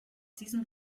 diesem